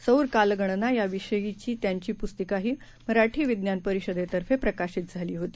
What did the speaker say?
सौरकालगणना याविषयीचीत्यांचीपुस्तिकाहीमराठीविज्ञानपरिषदेतर्फेप्रकाशितझालीहोती